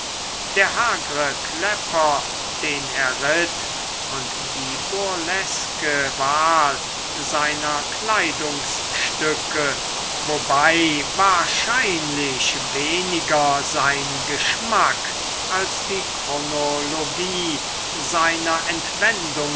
der hagre klepper den er ritt und die burleske wahl seiner kleidungsstücke wobei wahrscheinlich weniger sein geschmack als die chronologie seiner